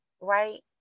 Right